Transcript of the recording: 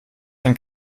ein